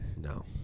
No